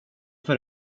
för